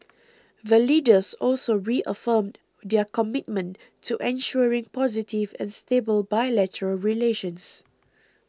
the Leaders also reaffirmed their commitment to ensuring positive and stable bilateral relations